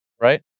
right